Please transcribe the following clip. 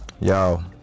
Yo